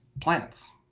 plants